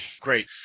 great